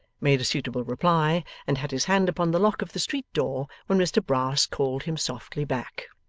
made a suitable reply, and had his hand upon the lock of the street door when mr brass called him softly back.